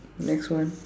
next one